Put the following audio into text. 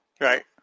Right